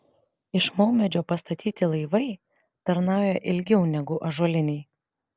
iš maumedžio pastatyti laivai tarnauja ilgiau negu ąžuoliniai